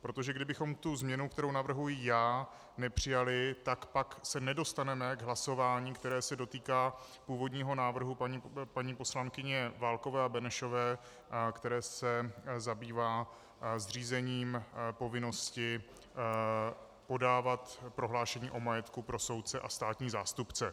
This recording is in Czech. Protože kdybychom tu změnu, kterou navrhuji já, nepřijali, tak pak se nedostaneme k hlasování, které se dotýká původního návrhu paní poslankyně Válkové a Benešové, který se zabývá zřízením povinnosti podávat prohlášení o majetku pro soudce a státní zástupce.